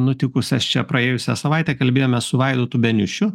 nutikusias čia praėjusią savaitę kalbėjomės su vaidotu beniušiu